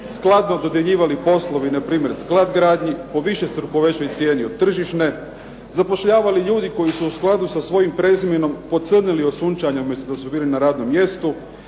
skladno dodjeljivali poslovi na primjer Sklad gradnji po višestruko većoj cijeni od tržišne, zapošljavali ljudi koji su u skladu sa svojim prezimenom pocrnili od sunčanja umjesto da su bili na radnom mjestu.